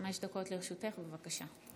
לרשותך, בבקשה.